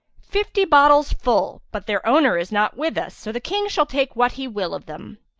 fifty bottles full, but their owner is not with us, so the king shall take what he will of them.